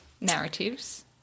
Narratives